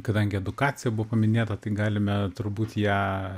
kadangi edukacija buvo paminėta tai galime turbūt ją